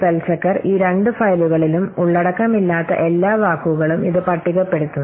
spell checker ഈ രണ്ട് ഫയലുകളിലും ഉള്ളടക്കമില്ലാത്ത എല്ലാ വാക്കുകളും ഇത് പട്ടികപ്പെടുത്തുന്നു